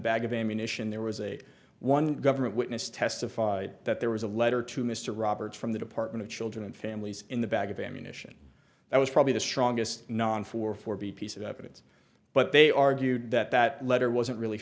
bag of ammunition there was a one government witness testified that there was a letter to mr roberts from the department of children and families in the bag of ammunition that was probably the strongest non for forby piece of evidence but they argued that that letter wasn't really